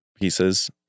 pieces